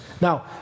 Now